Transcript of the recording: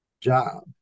job